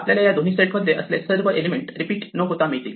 आपल्याला या दोन्ही सेटमध्ये असलेले सर्व एलिमेंट रिपीट न होता मिळतील